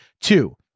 Two